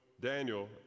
Daniel